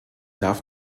darf